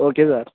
okay sir